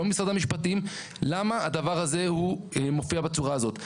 לא משרד המשפטים - למה הדבר הזה מופיע בצורה הזאת.